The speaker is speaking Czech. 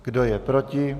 Kdo je proti?